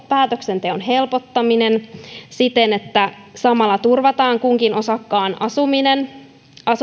päätöksenteon helpottaminen siten että samalla turvataan kunkin osakkaan asuminen